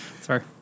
Sorry